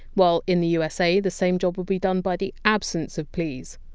while in the usa, the same job would be done by the absence of! please!